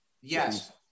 Yes